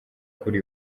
kuri